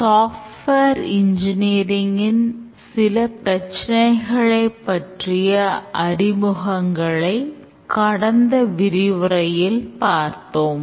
software engineering ன் சில பிரச்சினைகளைப் பற்றிய அறிமுகங்களை கடந்த விரிவுரையில் பார்த்தோம்